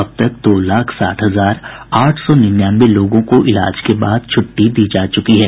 अब तक दो लाख साठ हजार आठ सौ निन्यानवे लोगों को इलाज के बाद छुट्टी दी जा चुकी है